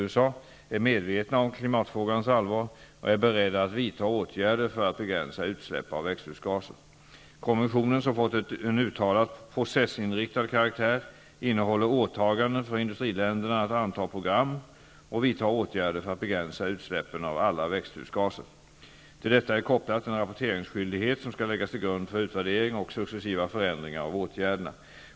USA, är medvetna om klimatfrågans allvar och är beredda att vidta åtgärder för att begränsa utsläpp av växthusgaser. Konventionen, som fått en uttalat processinriktad karaktär, innehåller åtaganden för industriländerna att anta program och vidta åtgärder för att begränsa utsläppen av alla växthusgaser. Till detta är kopplat en rapporteringsskyldighet som skall läggas till grund för utvärdering och successiva förändringar av åtgärderna.